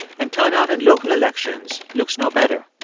and turnout in local elections looks no better.